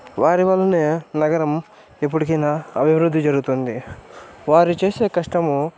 వారి వలనే నగరం ఎప్పటికైనా అభివృద్ధి జరుగుతుంది వారిచేసే కష్టము